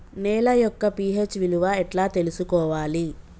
నేల యొక్క పి.హెచ్ విలువ ఎట్లా తెలుసుకోవాలి?